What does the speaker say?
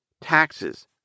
taxes